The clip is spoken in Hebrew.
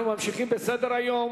אנו ממשיכים בסדר-היום: